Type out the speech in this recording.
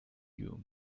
you